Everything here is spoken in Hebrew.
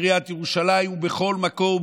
את עיריית ירושלים ובכל מקום